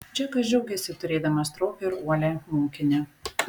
džekas džiaugėsi turėdamas stropią ir uolią mokinę